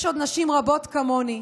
יש עוד נשים רבות כמוני,